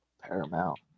Paramount